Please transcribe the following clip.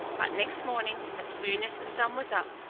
but next morning, as soon as the sun was up,